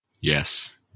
Yes